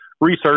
research